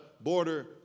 border